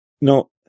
no